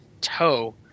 toe